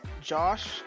Josh